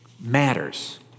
matters